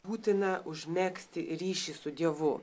būtina užmegzti ryšį su dievu